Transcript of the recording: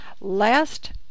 Last